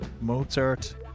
Mozart